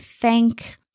thank